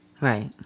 Right